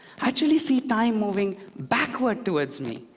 i actually see time moving backward towards me.